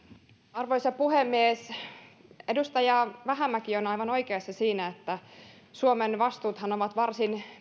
arvoisa puhemies edustaja vähämäki on aivan oikeassa siinä että suomen vastuuthan ovat varsin